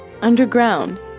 Underground